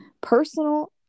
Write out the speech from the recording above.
personal